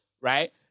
Right